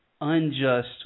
unjust